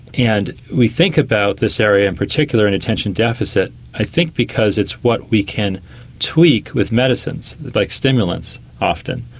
and we think about this area in particular in attention deficit i think because it's what we can tweak with medicines, like stimulants often.